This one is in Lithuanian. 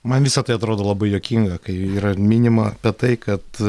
man visa tai atrodo labai juokinga kai yra minima apie tai kad